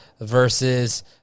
versus